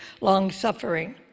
long-suffering